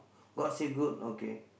god say good okay